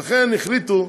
ולכן החליטו,